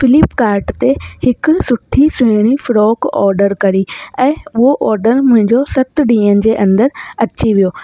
Flipkart ते हिकु सुठी सुहिणी फ्रॉक ऑडर करी ऐं उहो ऑडर मुंहिंजो सत ॾींहंनि जे अंदरि अची वियो